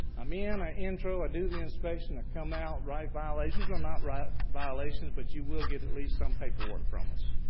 i'm in, i intro, i do the inspection, i come out, write violations or not write violations, but you will get at least some paperwork from us.